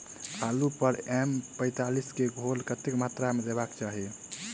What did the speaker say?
आलु पर एम पैंतालीस केँ घोल कतेक मात्रा मे देबाक चाहि?